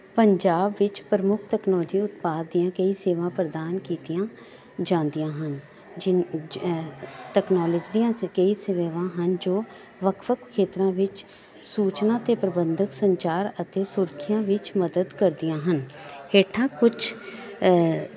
ਪੰਜਾਬ ਵਿੱਚ ਪ੍ਰਮੁੱਖ ਟੈਕਨੋਜੀ ਉਤਪਾਦ ਦੀਆਂ ਕਈ ਸੇਵਾ ਪ੍ਰਦਾਨ ਕੀਤੀਆਂ ਜਾਂਦੀਆਂ ਹਨ ਜਿਨ ਜ ਤਕਨੋਲਜੀ ਦੀਆਂ ਕਈ ਸੇਵਾਵਾਂ ਹਨ ਜੋ ਵੱਖ ਵੱਖ ਖੇਤਰਾਂ ਵਿੱਚ ਸੂਚਨਾ ਅਤੇ ਪ੍ਰਬੰਧਕ ਸੰਚਾਰ ਅਤੇ ਸੁਰਖੀਆਂ ਵਿੱਚ ਮਦਦ ਕਰਦੀਆਂ ਹਨ ਹੇਠਾਂ ਕੁਛ